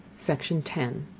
section ten.